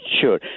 Sure